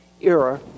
era